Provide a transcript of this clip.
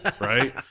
right